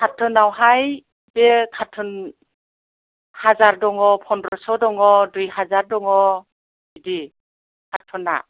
कार्टनआवहाय बे कार्टन हाजार दङ फन्द्रस' दङ दुइ हाजार दङ बिदि कार्टनआ